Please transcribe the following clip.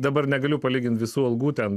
dabar negaliu palyginti visų algų ten